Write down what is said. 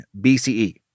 BCE